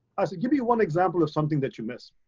i said, give you one example of something that you miss.